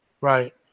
right